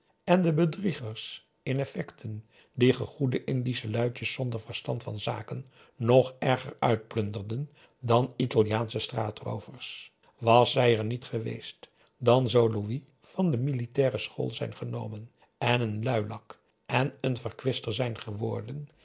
en de bedriegers in effecten die gegoede indische luidjes zonder verstand van zaken nog erger uitplunderen dan italiaansche straatroovers was zij er niet geweest dan zou louis van de militaire school zijn genomen en een luilak en een verkwister zijn geworden